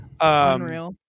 unreal